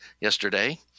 yesterday